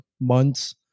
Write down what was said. months